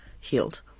healed